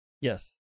Yes